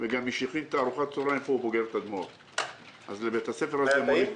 ומי שהכין פה את ארוחת הצוהריים הוא בוגר תדמור.